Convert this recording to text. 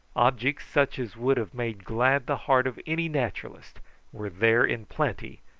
objects such as would have made glad the heart of any naturalist were there in plenty,